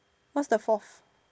what's the fourth